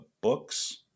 books